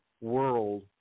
world